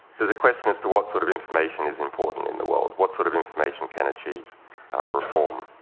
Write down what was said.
there's a question as to what sort of information is important in the world, what sort of information can achieve reform.